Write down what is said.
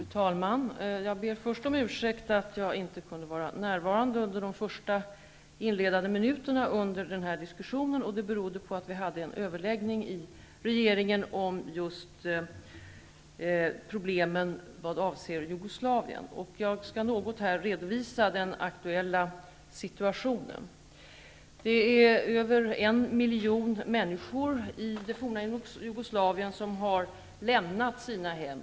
Fru talman! Jag ber först om ursäkt för att jag inte kunde vara närvarande under de första inledande minuterna av den här diskussionen. Det berodde på att vi hade en överläggning i regeringen om just problemen vad avser Jugoslavien. Jag skall här något redovisa den aktuella situationen. Över en miljon människor i det forna Jugoslavien har lämnat sina hem.